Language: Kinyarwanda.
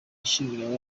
ashimira